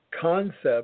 concept